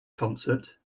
concert